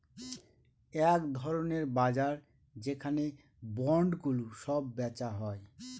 এক ধরনের বাজার যেখানে বন্ডগুলো সব বেচা হয়